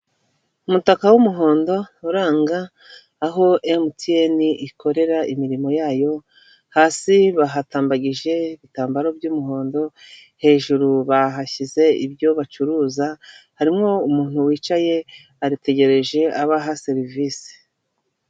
Umutaka w'umuhondo uranga aho emutiyeni ikorera imirimo yayo, hasi bahatambagije ibitambaro by'umuhondo, hejuru bahashyize ibyo bacuruza, harimo umuntu wicaye, ategereje abo aha serivisi.